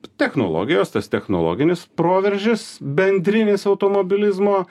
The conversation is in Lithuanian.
technologijos tas technologinis proveržis bendrinis automobilizmo